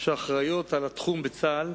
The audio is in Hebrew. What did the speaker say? שאחראיות לתחום בצה"ל,